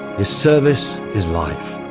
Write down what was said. his service is life,